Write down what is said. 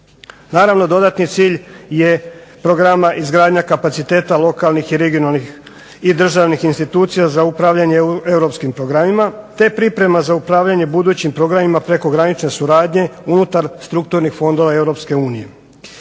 Naravno dodatni cilj je programa izgradnja kapaciteta lokalnih i regionalnih i državnih institucija za upravljanje Europskim programima, te priprema za upravljanje budućim programima prekogranične suradnje unutar strukturnih fondova Europske unije.